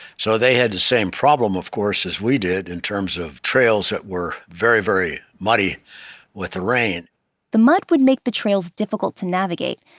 so they had the same problem, of course, as we did in terms of trails that were very, very muddy with the rain the mud would make the trails difficult to navigate.